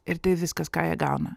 ir tai viskas ką jie gauna